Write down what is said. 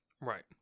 Right